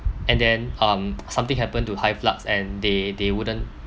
and then um something happened to hyflux and they they wouldn't